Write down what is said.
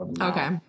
Okay